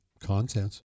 contents